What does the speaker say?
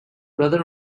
brother